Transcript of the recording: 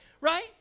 Right